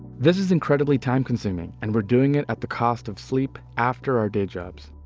this is incredibly time consuming, and we're doing it at the cost of sleep after our day jobs.